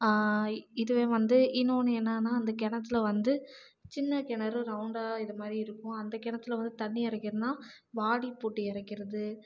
இதுவே வந்து இன்னொன்னு என்னான்னா அந்த கிணத்துல வந்து சின்ன கிணறு ரௌண்டாக இதுமாதிரி இருக்கும் அந்த கிணத்துல வந்து தண்ணி இறைக்கிறதுன்னா வாளி போட்டு இறைக்கிறது